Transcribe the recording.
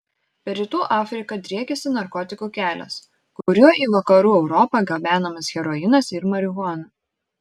per rytų afriką driekiasi narkotikų kelias kuriuo į vakarų europą gabenamas heroinas ir marihuana